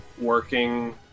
working